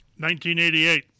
1988